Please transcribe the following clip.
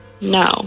No